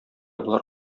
болар